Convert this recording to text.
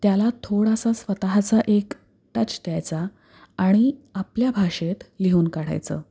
त्याला थोडासा स्वतःचा एक टच द्यायचा आणि आपल्या भाषेत लिहून काढायचं